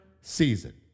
season